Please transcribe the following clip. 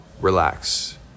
relax